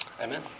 Amen